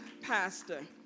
Pastor